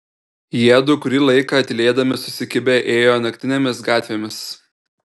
jiedu kurį laiką tylėdami susikibę ėjo naktinėmis gatvėmis